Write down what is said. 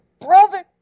brother